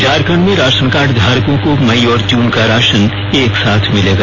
झारखंड में ration card धारकों को मई और जुन का राशन एक साथ मिलेगा